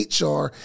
HR